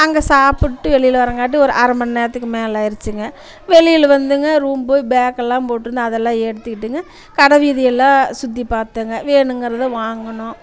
அங்கே சாப்பிட்டு வெளியில் வரங்காட்டியும் ஒரு அரைமணி நேரத்துக்கும் மேலே ஆகிடுச்சிங்க வெளியில் வந்துங்க ரூம் போய் பேகெல்லாம் போட்டுருந்தோம் அதல்லாம் எடுத்துக்கிட்டுங்க கடை வீதியெல்லாம் சுற்றி பார்த்தோங்க வேணும்கிறத வாங்கினோம்